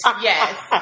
Yes